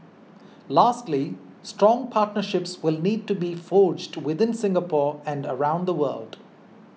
lastly strong partnerships will need to be forged within Singapore and around the world